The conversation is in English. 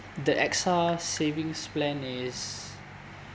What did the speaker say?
the AXA savings plan is